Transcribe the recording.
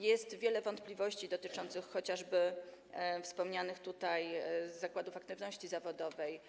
Jest wiele wątpliwości dotyczących chociażby wspomnianych tutaj zakładów aktywności zawodowej,